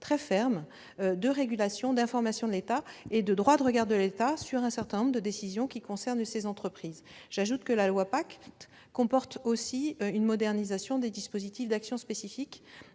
très fermes de régulation, d'information et de droit de regard de l'État sur un certain nombre de décisions qui concernent ces entreprises. J'ajoute que le projet de loi PACTE comporte aussi une modernisation des dispositifs d'action spécifique,